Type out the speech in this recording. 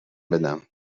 بدم